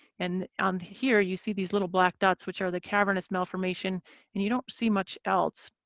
and on here, you see these little black dots which are the cavernous malformation and you don't see much else